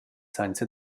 sainza